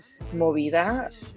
movida